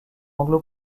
anglo